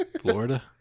Florida